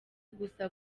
gusa